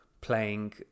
playing